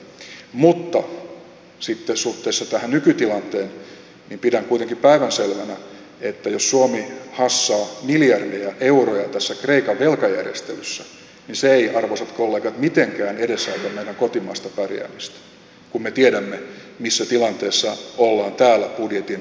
mutta sitten suhteessa tähän nykytilanteeseen pidän kuitenkin päivänselvänä että jos suomi hassaa miljardeja euroja tässä kreikan velkajärjestelyssä niin se ei arvoisat kollegat mitenkään edesauta meidän kotimaista pärjäämistämme kun me tiedämme missä tilanteessa ollaan täällä budjetin rakentamisen yhteydessä